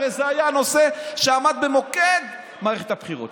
הרי זה היה הנושא שעמד במוקד מערכת הבחירות,